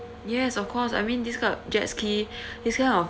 yes of course I mean this kind jet ski this kind of